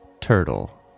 turtle